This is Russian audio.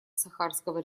сахарского